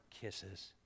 kisses